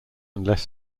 unless